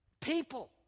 people